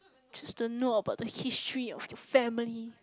just to know about the history of your family